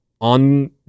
on